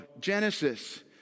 Genesis